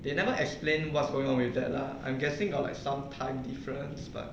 they never explain what's going on with that lah I'm guessing or like some time difference but